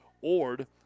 Ord